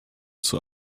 zur